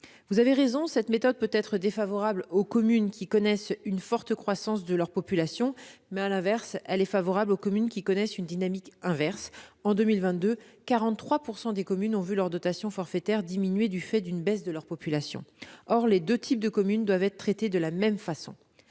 Vous avez raison, cette méthode peut être défavorable aux communes qui connaissent une forte croissance de leur population. Mais elle est favorable à celles qui connaissent une dynamique inverse : en 2022, 43 % des communes ont vu leur dotation forfaitaire diminuer du fait d'une baisse de leur population. Or les deux types de communes doivent être traités de la même façon.